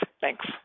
Thanks